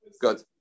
Good